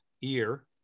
year